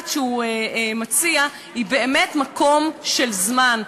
שהוא מציע היא באמת מקום של זמן,